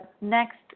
next